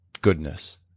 goodness